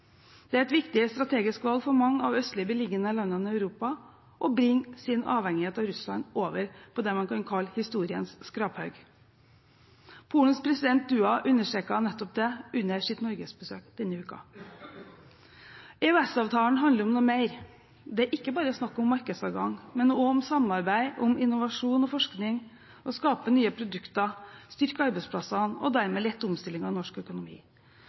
Det er et viktig strategisk valg for mange av de østlig beliggende landene i Europa å bringe sin avhengighet av Russland over på det man kan kalle historiens skraphaug. Polens president, Duda, understreket nettopp det under sitt norgesbesøk denne uken. EØS-avtalen handler om noe mer. Det er ikke bare snakk om markedsadgang, men også om samarbeid om innovasjon og forskning, skape nye produkter, styrke arbeidsplassene – og dermed lette omstillingen i norsk økonomi.